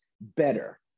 better